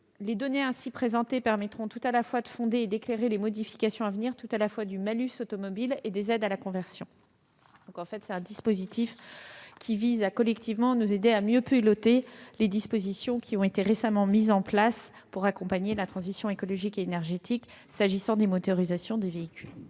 Les données ainsi présentées permettront tout à la fois de fonder et d'éclairer les modifications à venir du malus automobile et des aides à la conversion. L'objet de ce dispositif est donc de nous aider, collectivement, à mieux piloter les dispositions qui ont été récemment mises en place pour accompagner la transition écologique et énergétique s'agissant des motorisations des véhicules.